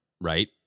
Right